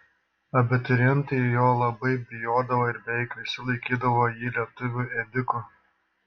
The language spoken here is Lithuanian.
abiturientai jo labai bijodavo ir beveik visi laikydavo jį lietuvių ėdiku